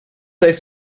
heeft